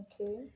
okay